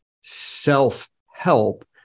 self-help